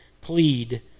plead